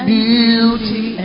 beauty